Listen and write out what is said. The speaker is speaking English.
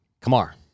Kamar